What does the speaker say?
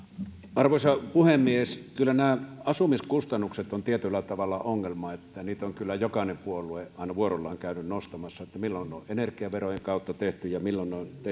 arvoisa puhemies kyllä nämä asumiskustannukset ovat tietyllä tavalla ongelma ja niitä on kyllä jokainen puolue aina vuorollaan käynyt nostamassa milloin on energiaverojen kautta tehty ja milloin on tehty kiinteistöveron